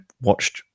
watched